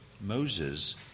Moses